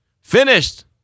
Finished